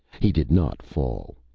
he did not fall.